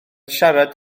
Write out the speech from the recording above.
siarad